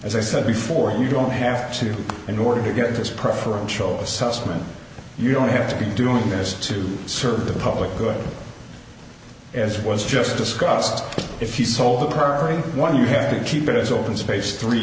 as i said before you don't have to in order to get this preferential assessment you don't have to be doing this to serve the public good as was just discussed if you sold the current one you have to keep it as open space three